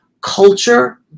culture